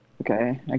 Okay